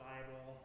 Bible